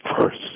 first